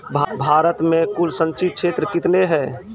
भारत मे कुल संचित क्षेत्र कितने हैं?